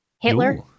Hitler